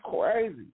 crazy